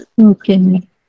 Okay